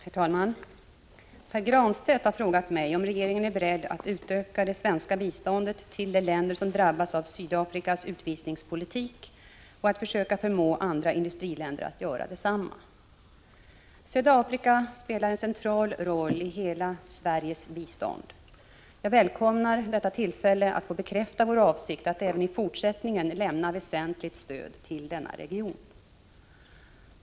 Herr talman! Pär Granstedt har frågat mig om regeringen är beredd att utöka det svenska biståndet till de länder som drabbas av Sydafrikas utvisningspolitik och att försöka förmå andra industriländer att göra detsamma. Södra Afrika spelar en central roll i hela Sveriges bistånd. Jag välkomnar detta tillfälle att få bekräfta vår avsikt att även i fortsättningen lämna väsentligt stöd till denna region.